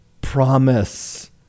promise